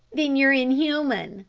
then you're inhuman,